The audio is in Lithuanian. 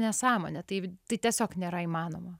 nesąmonė tai tai tiesiog nėra įmanoma